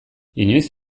inoiz